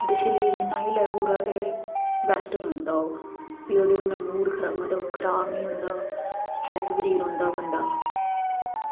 मतलव शरीर जिन्ना हिल्लै पूरा ते बैस्ट रौंह्दा ओह् फ्ही ओह्दै कन्नै मूड़ मतलव खराब नी होंदा सट्रैस फ्री रौंह्दा बंदा